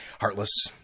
heartless